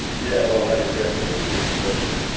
yeah, well that is definitely a stupid question.